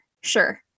sure